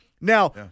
Now